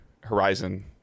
Horizon